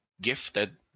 gifted